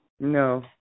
No